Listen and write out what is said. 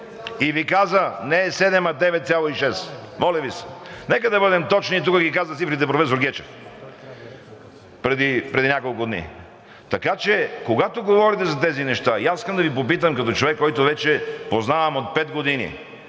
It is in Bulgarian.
и Ви каза, не е 7, а 9,6. Моля Ви се, нека да бъдем точни – тук ги каза цифрите професор Гечев, преди няколко дни. Така че, когато говорите за тези неща, и аз искам да Ви попитам като човек, който вече познавам от пет години